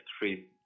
three